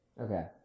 Okay